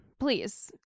Please